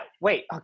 Wait